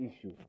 issue